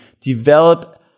develop